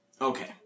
Okay